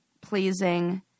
pleasing